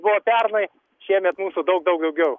buvo pernai šiemet mūsų daug daug daugiau